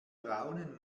braunen